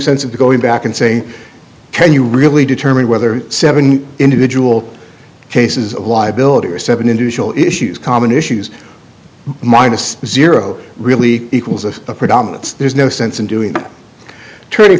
sense of going back and saying can you really determine whether seven individual cases of liability are seven individual issues common issues minus zero really equals of a predominance there's no sense in doing turning